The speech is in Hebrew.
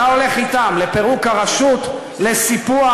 אתה הולך אתם לפירוק הרשות, לסיפוח.